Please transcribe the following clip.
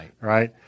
right